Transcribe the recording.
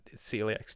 celiac